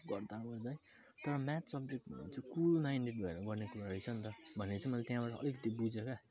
पढ्दा नि हुँदैन तर म्याथ सब्जेक्टमा चाहिँ कुल माइन्डेड भएर गर्ने कुरा रहेछ नि त भन्ने चाहिँ मैले त्यहाँबाट अलिकति बुझेँ क्या